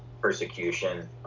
persecution